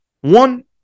One